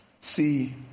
see